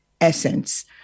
essence